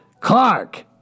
Clark